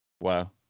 Wow